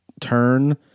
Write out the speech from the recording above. turn